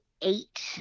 eight